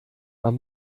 man